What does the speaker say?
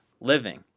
living